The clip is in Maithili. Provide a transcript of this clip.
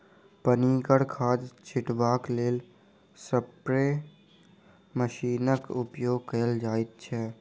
पनिगर खाद छीटबाक लेल स्प्रे मशीनक उपयोग कयल जाइत छै